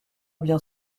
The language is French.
bien